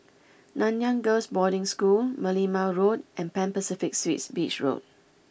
Nanyang Girls' Boarding School Merlimau Road and Pan Pacific Suites Beach Road